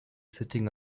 sitting